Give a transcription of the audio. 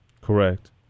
Correct